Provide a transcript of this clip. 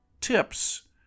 tips